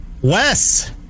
Wes